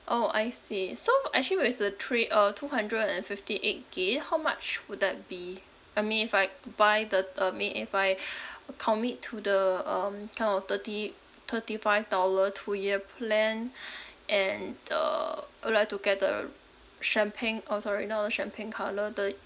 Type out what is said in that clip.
orh I see so actually with the three uh two hundred and fifty eight gig how much would that be I mean if I buy the I mean if I commit to the um kind of thirty thirty five dollar two year plan and the uh would like to get the champagne orh sorry not the champagne colour the